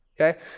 okay